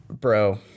Bro